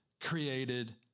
created